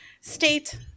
State